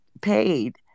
paid